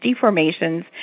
deformations